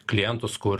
klientus kur